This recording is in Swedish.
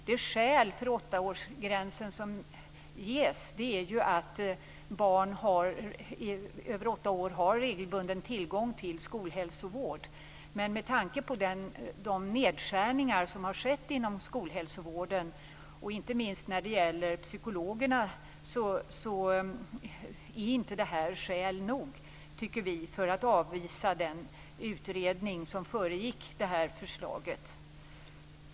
Det skäl för åttaårsgränsen som ges är att barn över åtta år har regelbunden tillgång till skolhälsovård. Men med tanke på de nedskärningar som har skett inom skolhälsovården, inte minst när det gäller psykologerna, är detta inte skäl nog, tycker vi, för att avvisa den utredning som föregick det här förslaget.